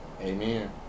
Amen